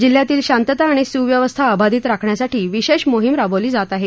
जिल्ह्यातील शांतता आणि सुव्यवस्था अबाधित राखण्यासाठी विशेष मोहीम राबविली जात आहे